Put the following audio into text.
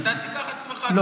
אתה תיקח עצמך, לא.